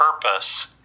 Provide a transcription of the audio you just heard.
purpose